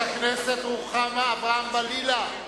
חברת הכנסת רוחמה אברהם-בלילא,